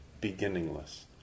beginningless